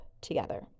together